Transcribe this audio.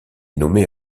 nommé